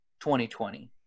2020